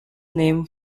name